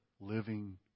living